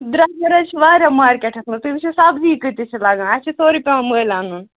درٛۄجر حظ چھُ واریاہ مارکٮ۪ٹَس منٛز تُہۍ وُچھِو سَبزی کۭتِس چھِ لگان اَسہِ چھُ سورُے پٮ۪وان مٔلۍ اَنُن